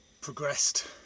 progressed